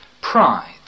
pride